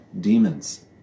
demons